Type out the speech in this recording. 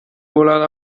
bolada